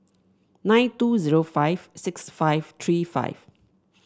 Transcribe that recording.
nine two zero five six five three five